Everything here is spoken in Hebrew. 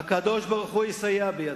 והקדוש-ברוך-הוא יסייע בידינו.